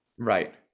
Right